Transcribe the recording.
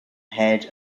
head